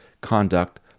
conduct